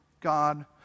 God